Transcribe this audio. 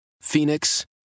Phoenix